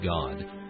God